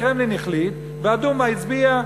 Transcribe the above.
הקרמלין החליט והדומא הצביעה.